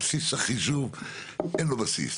שלבסיס החישוב אין בסיס.